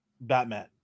Batman